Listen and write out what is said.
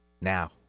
Now